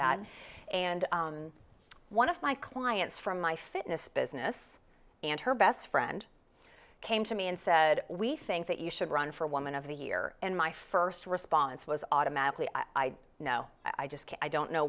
that and one of my clients from my fitness business and her best friend came to me and said we think that you should run for a woman of the year and my first response was automatically i know i just i don't know